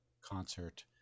concert